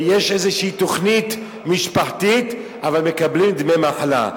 יש איזושהי תוכנית משפחתית, אבל מקבלים דמי מחלה.